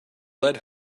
led